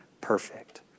perfect